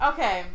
Okay